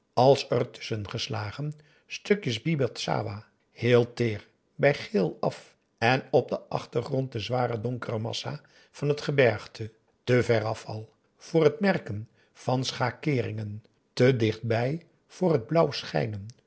als ertusschen geslagen stukjes bibit sawah heel teer bij geel af en op den achtergrond de zware donkere massa van het gebergte te veraf al voor het merken van schakeeringen te dichtbij voor het